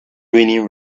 raining